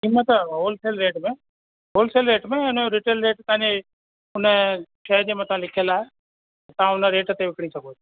न त wholesale rate में होलसेल रेट में हुनजो रिटेल रेट तव्हांजी हुन शइ जे मथां लिखियल आहे तव्हां हुन रेट ते विकिणी सघो था